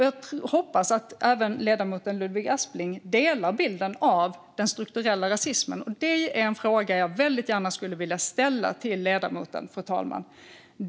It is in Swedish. Jag hoppas att även ledamoten Ludvig Aspling delar bilden av den strukturella rasismen. Det är en fråga jag gärna vill ställa till ledamoten, fru talman.